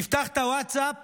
תפתח את הווטסאפ